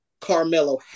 Carmelo